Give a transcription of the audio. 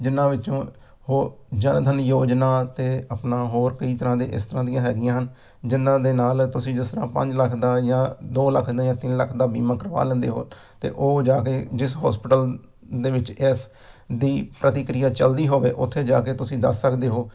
ਜਿਨ੍ਹਾਂ ਵਿੱਚੋਂ ਉਹ ਜਨ ਧਨ ਯੋਜਨਾ ਅਤੇ ਆਪਣਾ ਹੋਰ ਕਈ ਤਰ੍ਹਾਂ ਦੇ ਇਸ ਤਰ੍ਹਾਂ ਦੀਆਂ ਹੈਗੀਆਂ ਹਨ ਜਿਨ੍ਹਾਂ ਦੇ ਨਾਲ ਤੁਸੀਂ ਜਿਸ ਤਰ੍ਹਾਂ ਪੰਜ ਲੱਖ ਦਾ ਜਾਂ ਦੋ ਲੱਖ ਦੇ ਜਾਂ ਤਿੰਨ ਲੱਖ ਦਾ ਬੀਮਾ ਕਰਵਾ ਲੈਂਦੇ ਹੋ ਤਾਂ ਉਹ ਜਾ ਕੇ ਜਿਸ ਹੋਸਪਿਟਲ ਦੇ ਵਿੱਚ ਇਸ ਦੀ ਪ੍ਰਤੀਕ੍ਰਿਆ ਚੱਲਦੀ ਹੋਵੇ ਉੱਥੇ ਜਾ ਕੇ ਤੁਸੀਂ ਦੱਸ ਸਕਦੇ ਹੋ